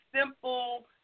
simple